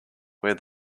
where